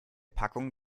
packung